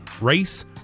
race